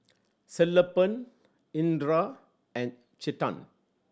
Sellapan Indira and Chetan